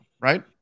right